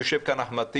יושב כאן אחמד טיבי.